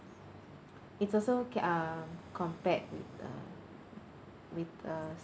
it's also uh compared with uh with uh